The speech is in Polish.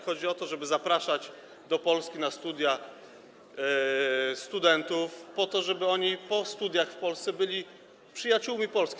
Chodzi o to, żeby zapraszać do Polski na studia studentów po to, żeby oni po studiach w Polsce byli przyjaciółmi Polski.